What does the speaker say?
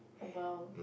!wow!